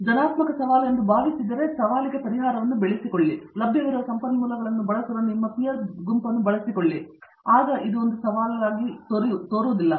ನೀವು ಧನಾತ್ಮಕ ಸವಾಲು ಎಂದು ಭಾವಿಸಿದರೆ ಆ ಸವಾಲಿಗೆ ಪರಿಹಾರವನ್ನು ಬೆಳೆಸಿಕೊಳ್ಳಿ ಮತ್ತು ಲಭ್ಯವಿರುವ ಸಂಪನ್ಮೂಲಗಳನ್ನು ಬಳಸಲು ನಿಮ್ಮ ಪೀರ್ ಗುಂಪನ್ನು ಬಳಸಿಕೊಳ್ಳಿ ಆಗ ಇದು ಒಂದು ಸವಾಲಾಗಿ ಯೋಚಿಸುವುದಿಲ್ಲ